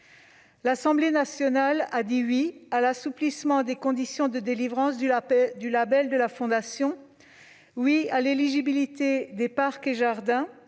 L'Assemblée nationale a dit « oui » à l'assouplissement des conditions de délivrance du label de la Fondation ;« oui » à l'éligibilité des parcs et jardins